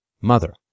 mother